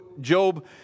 Job